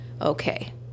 Okay